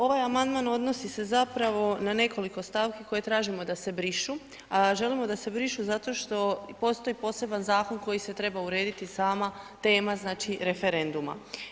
Ovaj amandman odnosi se zapravo na nekoliko stavki koje tražimo da se brišu, a želimo da se brišu zato što postoji poseban zakon koji se treba urediti, sama tema znači referenduma.